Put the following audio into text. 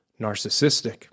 narcissistic